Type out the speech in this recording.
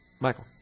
Michael